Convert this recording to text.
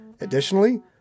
Additionally